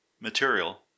material